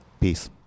Peace